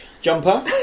jumper